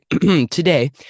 today